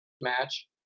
match